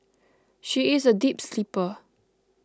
she is a deep sleeper